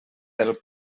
del